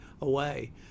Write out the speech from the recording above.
away